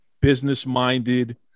business-minded